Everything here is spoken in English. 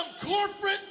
corporate